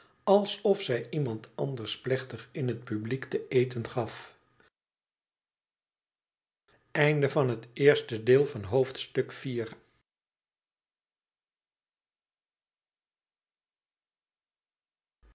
alsof zij iemand anders plechtig in het publiek te eten gaf